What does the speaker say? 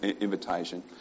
invitation